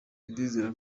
ndizera